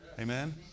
Amen